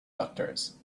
doctors